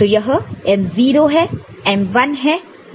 तो यह m0 है यह m1 है यह m2 है और यह m3 है